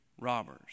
robbers